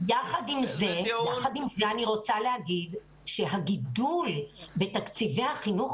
יחד עם זה אני רוצה להגיד שהגידול בתקציבי החינוך